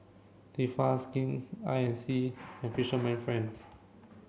Tefal Skin Inc and Fisherman friend